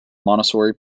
montessori